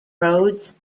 roads